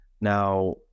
Now